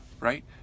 right